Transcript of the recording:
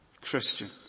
Christian